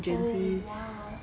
oh !wow!